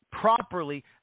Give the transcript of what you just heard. properly